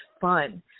fun